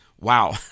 wow